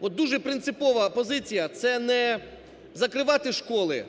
От дуже принципова позиція це не закривати школи,